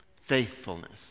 Faithfulness